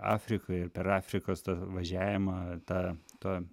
afrikoje ir per afrikos važiavimą tą tą